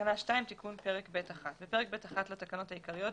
תיקון פרק ב'1 בפרק ב'1 לתקנות העיריות,